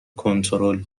کنترل